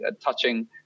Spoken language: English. touching